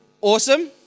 awesome